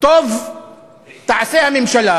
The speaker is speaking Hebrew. טוב תעשה הממשלה